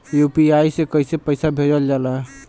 UPI से कइसे पैसा भेजल जाला?